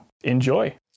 enjoy